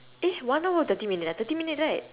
eh one hour or thirty minute ah thirty minutes right